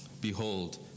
Behold